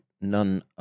none